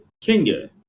Kenya